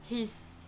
he's